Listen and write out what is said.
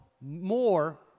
more